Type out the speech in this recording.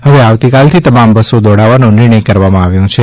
હવે આવતીકાલથી તમામ બસો દોડાવવાનો નિર્ણય કરવામાં આવ્યો છે